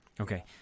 okay